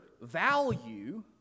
value